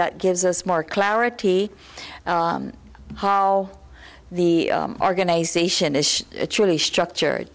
that gives us more clarity how the organization is truly structured